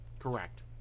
Correct